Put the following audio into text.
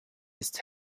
ist